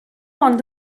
ond